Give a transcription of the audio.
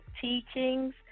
teachings